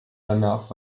danach